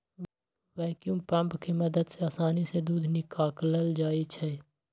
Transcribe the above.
vacuum pump के मदद से आसानी से दूध निकाकलल जाइ छै